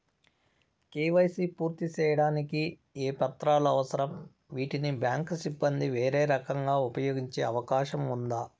KYC పూర్తి సేయడానికి ఏ పత్రాలు అవసరం, వీటిని బ్యాంకు సిబ్బంది వేరే రకంగా ఉపయోగించే అవకాశం ఉందా?